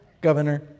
governor